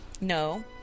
No